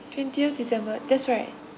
twentieth december that's right